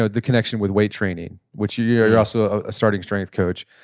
ah the connection with weight training, which you're yeah you're also a starting strength coach,